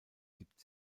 gibt